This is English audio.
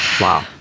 wow